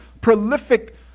prolific